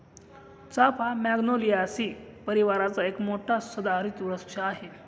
चाफा मॅग्नोलियासी परिवाराचा एक मोठा सदाहरित वृक्ष आहे